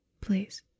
Please